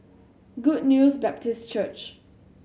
Good News Baptist Church